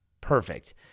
Perfect